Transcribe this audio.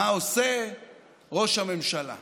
מה עושה ראש הממשלה.